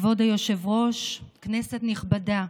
כבוד היושב-ראש, כנסת נכבדה,